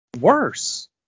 worse